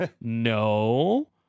No